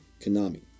Konami